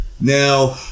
Now